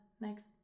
next